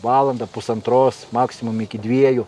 valandą pusantros maksimum iki dviejų